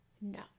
No